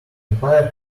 empire